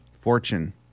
fortune